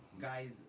guys